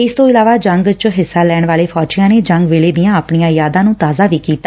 ਇਸ ਤੋਂ ਇਲਾਵਾ ਜੰਗ ਚ ਹਿੱਸਾ ਲੈਣ ਵਾਲੇ ਫੌਜੀਆਂ ਨੇ ਜੰਗ ਵੇਲੇ ਦੀਆਂ ਆਪਣੀਆਂ ਯਾਦਾਂ ਨੂੰ ਤਾਜ਼ਾ ਵੀ ਕੀਤਾ